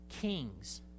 kings